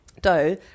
dough